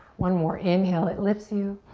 one more, inhale, it lifts you.